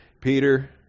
Peter